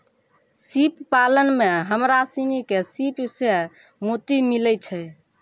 सिप पालन में हमरा सिनी के सिप सें मोती मिलय छै